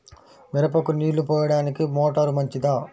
మిరపకు నీళ్ళు పోయడానికి మోటారు మంచిదా?